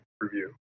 review